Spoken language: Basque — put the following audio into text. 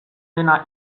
dena